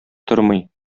тормый